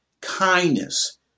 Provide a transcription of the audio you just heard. kindness